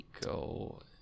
go